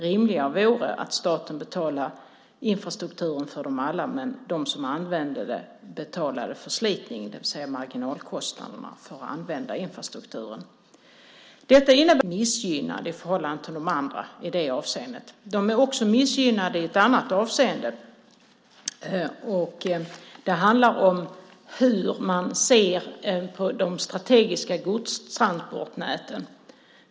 Rimligare vore att staten betalar infrastrukturen för dem alla medan de som använder den betalade förslitningen, det vill säga marginalkostnaderna. Sjöfarten är alltså i detta avseende missgynnad i förhållande till andra transportslag. Den är också missgynnat i ett annat avseende. Det handlar om hur man ser på de strategiska godstransportnäten.